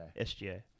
SGA